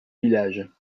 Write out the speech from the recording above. village